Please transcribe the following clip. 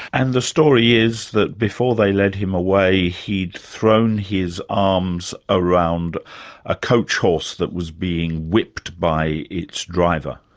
and the story is that before they led him away, he'd thrown his arms around a coach-horse that was being whipped by its driver.